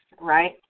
right